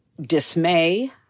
dismay